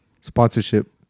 sponsorship